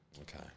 Okay